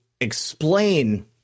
explain